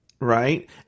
Right